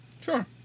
Sure